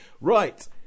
right